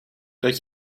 dat